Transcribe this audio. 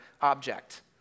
object